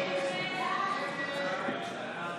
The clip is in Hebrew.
לחלופין א'